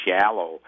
shallow